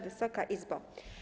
Wysoka Izbo!